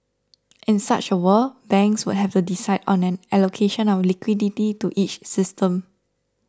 in such a world banks would have to decide on an allocation of liquidity to each system